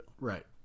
Right